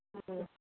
ம்